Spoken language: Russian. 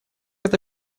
это